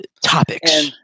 Topics